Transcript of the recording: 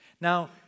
Now